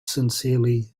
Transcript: sincerely